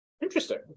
Interesting